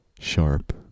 sharp